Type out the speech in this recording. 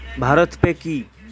Bharat pay কি?